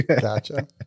Gotcha